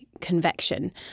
convection